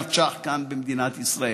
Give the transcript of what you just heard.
מיליארד ש"ח כאן במדינת ישראל.